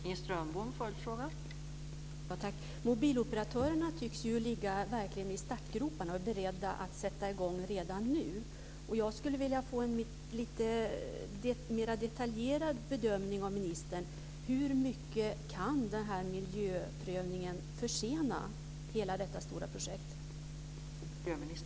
Fru talman! Mobiloperatörerna tycks ju verkligen ligga i startgroparna och vara beredda att sätta i gång redan nu. Jag skulle vilja ha en lite mer detaljerad bedömning av ministern. Hur mycket kan den här miljöprövningen försena hela detta stora projekt?